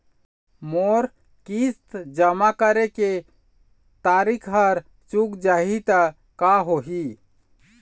मोर किस्त जमा करे के तारीक हर चूक जाही ता का होही?